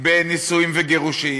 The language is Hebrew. בנישואים וגירושים,